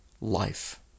life